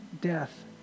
death